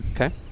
Okay